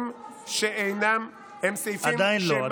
עדיין לא.